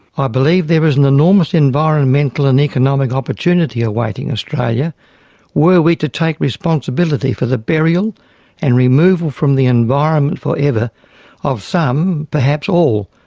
ah believe there is an enormous environmental and economic opportunity awaiting australia were we to take responsibility for the burial and removal from the environment forever of some, perhaps all,